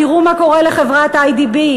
תראו מה קורה לחברת "איי.די.בי",